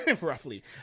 roughly